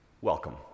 welcome